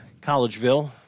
Collegeville